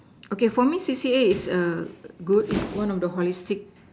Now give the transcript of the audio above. okay for me C_C_A is err good it's one of the holistic